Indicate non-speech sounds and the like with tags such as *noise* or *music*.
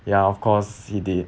ya of course he did *breath*